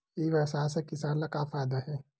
ई व्यवसाय से किसान ला का फ़ायदा हे?